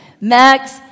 Max